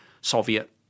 Soviet